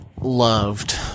loved